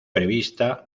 prevista